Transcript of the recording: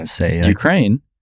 Ukraine